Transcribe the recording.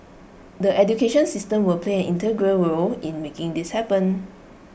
the education system will play an integral role in making this happen